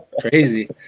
Crazy